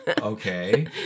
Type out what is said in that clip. Okay